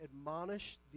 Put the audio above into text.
admonish